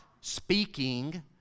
speaking